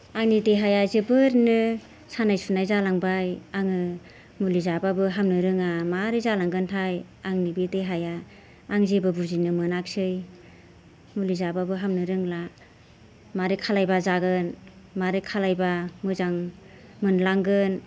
आंनि देहाया जोबोरनो सानाय सुनाय जालांबाय आङो मुलि जाब्लाबो हामनो रोङा मारै जालांगोनथाय आंनि बे देहाया आं जेबो बुजिनो मोनाखिसै मुलि जाब्लाबो हामनो रोंला मारै खालायब्ला जागोन मारै खालायब्ला मोजां मोनलांगोन